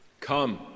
Come